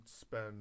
spend